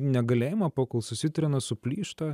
negalėjimo pakol susitrina suplyšta